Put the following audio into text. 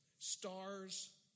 stars